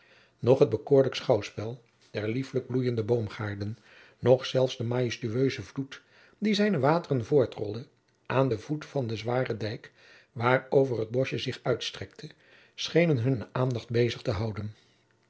noch het bekoorlijk schouwspel der lieflijk bloeiende boomgaarden noch zelfs de majestueuse vloed die zijne wateren voortrolde aan den voet van den zwaren dijk waarover het boschje zich uitstrekte schenen hunnen aandacht bezig te houden